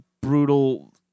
brutal